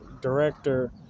director